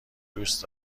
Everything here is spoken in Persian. دوست